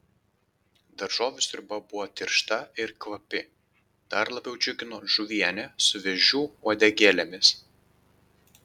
daržovių sriuba buvo tiršta ir kvapi dar labiau džiugino žuvienė su vėžių uodegėlėmis